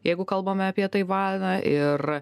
jeigu kalbame apie taivaną ir